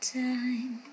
time